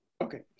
Okay